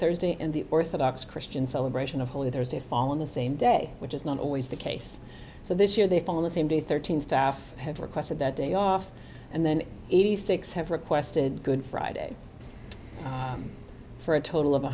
thursday and the orthodox christian celebration of holy thursday fall on the same day which is not always the case so this year they fall in the same day thirteen staff have requested that day off and then eighty six have requested good friday for a total of